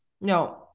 no